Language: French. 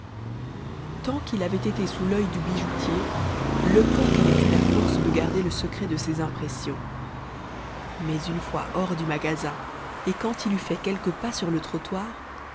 tant qu'il avait été sous l'œil du bijoutier lecoq avait eu la force de garder le secret de ses impressions mais une fois hors du magasin et quand il eut fait quelques pas sur le trottoir